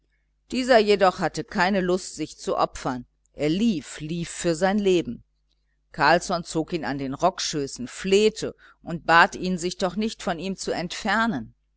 dieser jedoch hatte keine lust sich zu opfern er lief lief für sein leben carlsson zog ihn an den rockschößen flehte und bat ihn sich doch nicht von ihm zu entfernen